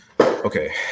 Okay